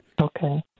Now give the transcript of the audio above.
Okay